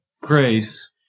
Grace